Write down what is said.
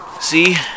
See